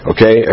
Okay